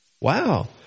Wow